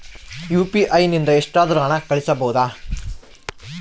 UPI ನಿಂದ ಎಷ್ಟಾದರೂ ಹಣ ಕಳಿಸಬಹುದಾ?